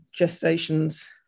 gestations